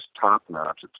top-notch